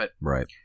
Right